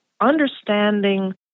understanding